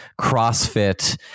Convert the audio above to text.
CrossFit